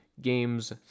Games